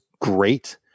great